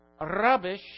rubbish